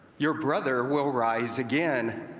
your brother will rise again